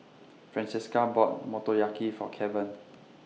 Francesca bought Motoyaki For Keven